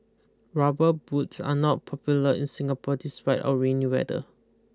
rubber boots are not popular in Singapore despite our rainy weather